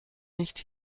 nicht